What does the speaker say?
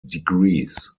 degrees